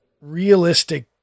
realistic